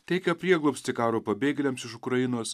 teikia prieglobstį karo pabėgėliams iš ukrainos